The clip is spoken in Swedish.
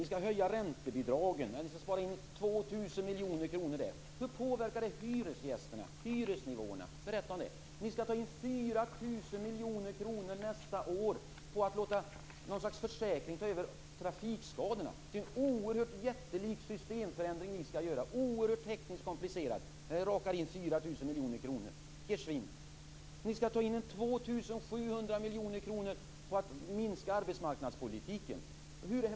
Ni skall spara in 2 000 miljoner kronor på räntebidragen. Hur påverkar det hyresgästerna, hyresnivåerna? Berätta om det! Ni skall ta in 4 000 miljoner kronor nästa år på att låta något slags försäkring ta över trafikskadorna. Det är en jättelik systemförändring ni skall genomföra. Den är oerhört tekniskt komplicerad. Där rakar ni in 4 000 miljoner kronor - geschwint. Ni skall ta in 2 700 miljoner kronor på att minska arbetsmarknadspolitiken.